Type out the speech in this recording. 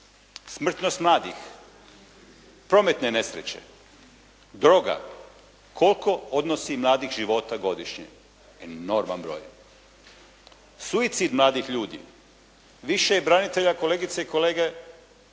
Smrtnost mladih, prometne nesreće, droga, koliko odnosi mladih života godišnje? Enorman broj. Suicid mladih ljudi, više je branitelja kolegice i kolege